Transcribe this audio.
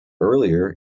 earlier